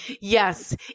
Yes